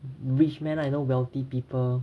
rich man lah you know wealthy people